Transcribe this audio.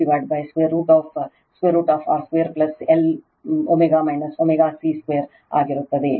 ಆದ್ದರಿಂದ ಇದು ω L V √√R 2 Lω ω C power 2 ಆಗಿರುತ್ತದೆ